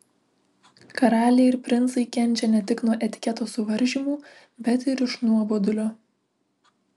karaliai ir princai kenčia ne tik nuo etiketo suvaržymų bet ir iš nuobodulio